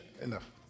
Enough